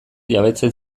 jabetzen